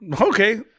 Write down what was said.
Okay